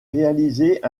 réalisé